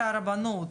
כרבנות,